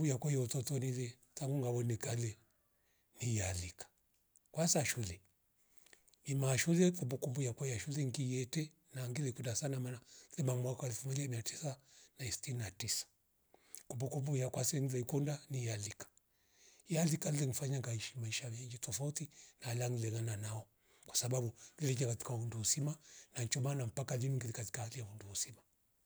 Uya kuyo utoto rile tangu ngawonika kalie miyalika kwanza shule, hima shule kumbukumbu yakuya shule ngi yete na ngile kunda sana maana fiba mwaka wa elfu moja miatisa na istini na tisa. Kumbukumbu ya kwanse vemkola niyalika yalika le mfanya ngaishi maisha venyi tafouti nalang lelera nao kwasabu viyertia katika undu usima na ndio maana lingi mringira likasi kalia hundu uzima